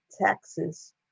taxes